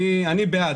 אני בעד.